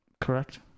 correct